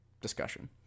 discussion